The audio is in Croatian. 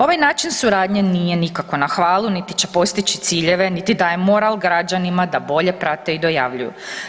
Ovaj način suradnje nije nikako na hvalu niti će postići ciljeve niti daje moral građanima da bolje prate i dojavljuju.